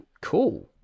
cool